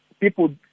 People